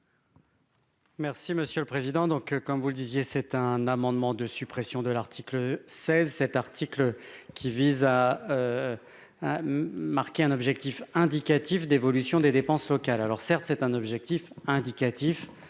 Merci monsieur le président, donc, comme vous le disiez, c'est un amendement de suppression de l'article 16 cet article qui vise à marquer un objectif indicatif d'évolution des dépenses locales alors certes, c'est un objectif indicatif,